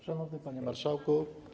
Szanowny Panie Marszałku!